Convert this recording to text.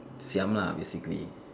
lah basically